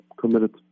committed